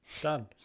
Done